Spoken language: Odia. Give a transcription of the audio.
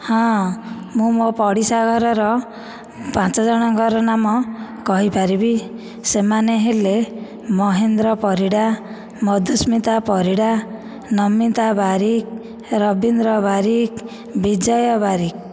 ହଁ ମୁଁ ମୋ ପଡ଼ିଶା ଘରର ପାଞ୍ଚଜଣଙ୍କର ନାମ କହିପାରିବି ସେମାନେ ହେଲେ ମହେନ୍ଦ୍ର ପରିଡ଼ା ମଧୁସ୍ମିତା ପରିଡ଼ା ନମିତା ବାରିକ ରବୀନ୍ଦ୍ର ବାରିକ ବିଜୟ ବାରିକ